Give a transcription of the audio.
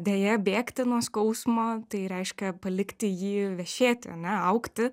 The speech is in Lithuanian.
deja bėgti nuo skausmo tai reiškia palikti jį vešėti ane augti